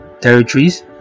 territories